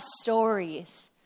stories